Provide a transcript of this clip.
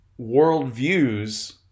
worldviews